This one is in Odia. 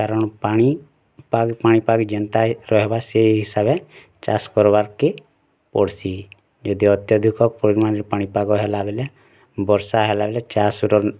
କାରଣ ପାଣି ପାଗ ପାଣି ପାଗ ଯେନ୍ତା ରହିବା ସେ ହିସାବେ ଚାଷ୍ କରବାର୍ କେ ପଡ଼ସି ଯଦି ଅତ୍ୟାଧିକ ପରିମାଣରେ ପାଣି ପାଗ ହେଲା ବୋଲେ ବର୍ଷା ହେଲା ବୋଲେ ଚାଷ୍ ର